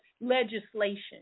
legislation